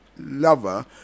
Lover